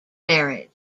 marriage